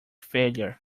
failure